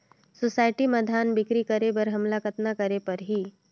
Society म धान बिक्री करे बर हमला कतना करे परही?